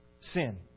sin